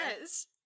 Yes